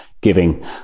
giving